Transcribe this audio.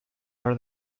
are